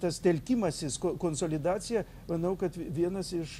tas telkimasis konsolidacija manau kad vienas iš